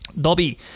Dobby